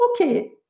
okay